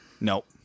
nope